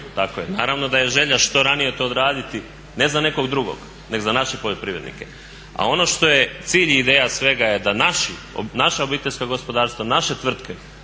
naravno da je želja što ranije to odraditi ne za nekog drugog nego za naše poljoprivrednike. A ono što je cilj i ideja svega je da naša obiteljska gospodarstva, naše tvrtke